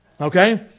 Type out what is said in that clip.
Okay